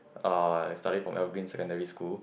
uh I study from Evergreen Secondary School